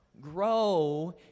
grow